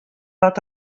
wat